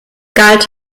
galt